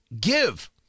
give